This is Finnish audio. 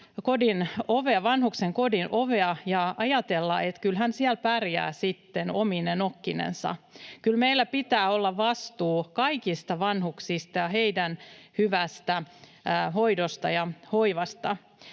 vanhuksen kodin ovea ja ajatella, että kyllä hän siellä pärjää sitten omine nokkinensa. Kyllä meillä pitää olla vastuu kaikista vanhuksista ja heidän hyvästä hoidostaan ja hoivastaan.